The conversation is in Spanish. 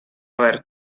ver